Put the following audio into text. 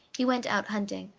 he went out hunting,